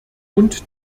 und